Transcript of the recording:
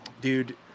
dude